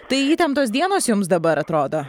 tai įtemptos dienos jums dabar atrodo